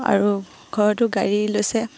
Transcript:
আৰু ঘৰতো গাড়ী লৈছে